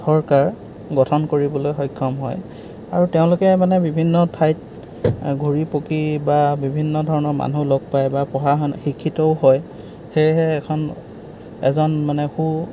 চৰকাৰ গঠন কৰিবলৈ সক্ষম হয় আৰু তেওঁলোকে মানে বিভিন্ন ঠাইত ঘূৰি পকি বা বিভিন্নধৰণৰ মানুহ লগ পায় বা পঢ়া শুনা শিক্ষিতও হয় সেয়হে এখন এজন মানে সু